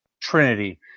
Trinity